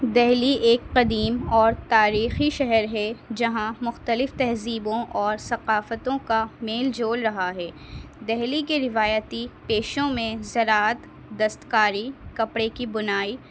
دلی ایک قدیم اور تاریخی شہر ہے جہاں مختلف تہذیبوں اور ثقافتوں کا میل جول رہا ہے دلی کے روایتی پیشوں میں زراعت دستکاری کپڑے کی بنائی